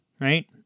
right